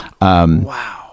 Wow